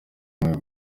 umwe